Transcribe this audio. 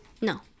no